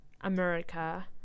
America